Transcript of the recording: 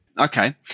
Okay